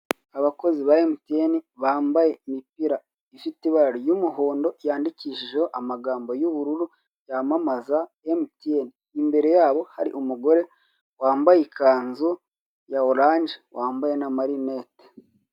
Abakozi ba emutiyeni bambaye imipira ifite ibara ry'umuhondonyandikishijeho amagambo y'ubururu yamamaza emutiyeni imbere yabo hari umugore wambaye ikanzu ya oranje wambaye n'amalinete.